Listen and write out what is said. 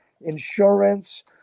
insurance